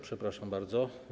Przepraszam bardzo.